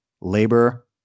labor